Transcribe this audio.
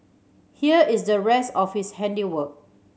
here is the rest of his handiwork